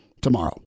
tomorrow